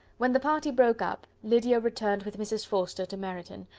when the party broke up, lydia returned with mrs. forster to meryton,